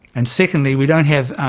and secondly we don't have